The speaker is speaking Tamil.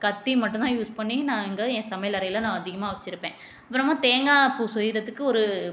கத்தி மட்டும்தான் யூஸ் பண்ணி நான் இங்கே என் சமையல் அறையில் நான் அதிகமாக வச்சுருப்பேன் அப்புறமா தேங்காய் பூ செய்யுறதுக்கு ஒரு